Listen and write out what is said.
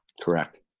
Correct